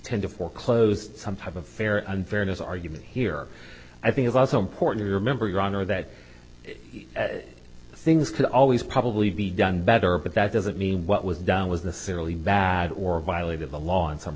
tend to foreclose some type of fair and fairness argument he here i think i've also important to remember your honor that things could always probably be done better but that doesn't mean what was done was necessarily bad or violated the law in some